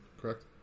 correct